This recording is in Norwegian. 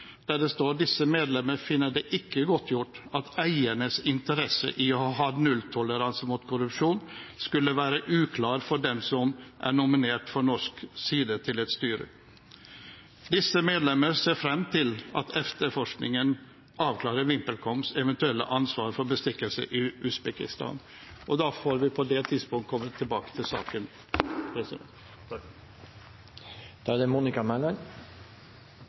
medlemmer finner det ikke godtgjort at eiernes interesse i å ha nulltoleranse mot korrupsjon, skulle være uklar for dem som er nominert fra norsk side til et styre. Disse medlemmer ser frem til at etterforskningen avklarer VimpelComs eventuelle ansvar for bestikkelser i Usbekistan.» Da får vi på det tidspunkt komme tilbake til saken. Denne saken er viktig. For det